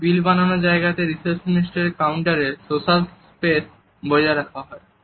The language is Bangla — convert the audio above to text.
যেমন বিল বানানোর জায়গাতে রিসেপশনিস্ট এর কাউন্টারে সোশ্যাল স্পেস বজায় রাখা হয়